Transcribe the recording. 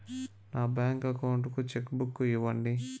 నా bank account కు cheque book ఇవ్వండి